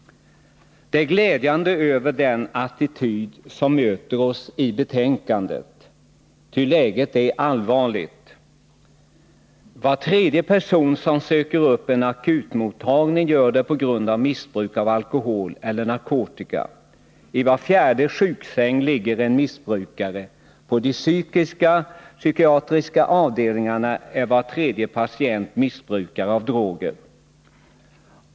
Den attityd som möter oss i betänkandet är glädjande, ty den vittnar om insikt om att läget är allvarligt. Var tredje person som söker upp en akutmottagning gör det på grund av missbruk av alkohol eller narkotika. I var fjärde sjuksäng ligger en missbrukare. På de psykiatriska avdelningarna på våra sjukhus är var tredje patient missbrukare av droger.